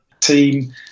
team